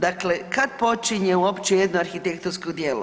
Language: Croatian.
Dakle, kad počinje uopće jedno arhitektonsko djelo.